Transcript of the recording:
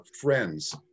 friends